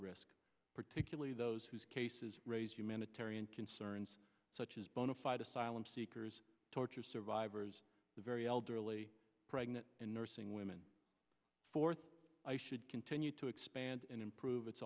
risk particularly those whose cases raise humanitarian concerns such as bona fide asylum seekers torture survivors the very elderly pregnant and nursing women fourth i should continue to expand and improve it